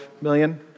million